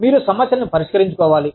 మీరు సమస్యలను పరిష్కరించుకోవాలి